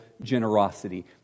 generosity